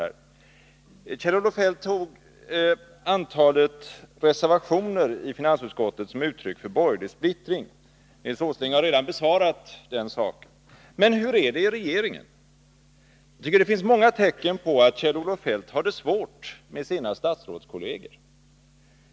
Kjell-Olof Feldt tog antalet reservationer i finansutskottet som uttryck för borgerlig splittring. Nils Åsling har redan förklarat detta. Men hur är det i regeringen? Jag tycker att det finns många tecken på att Kjell-Olof Feldt har det svårt med sina statsrådskolleger.